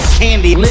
candy